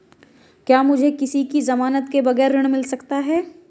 क्या मुझे किसी की ज़मानत के बगैर ऋण मिल सकता है?